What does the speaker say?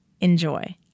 Enjoy